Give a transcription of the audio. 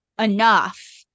enough